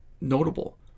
notable